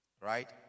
Right